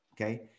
okay